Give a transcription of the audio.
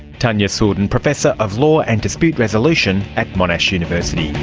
tania sourdin, professor of law and dispute resolution at monash university.